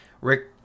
rick